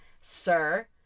Sir